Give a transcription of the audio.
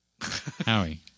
Howie